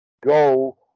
Go